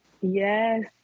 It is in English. Yes